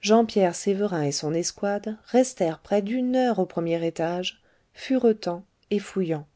jean pierre sévérin et son escouade restèrent près d'une heure au premier étage furetant et fouillant